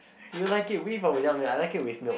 do you like it with or without milk I like it with milk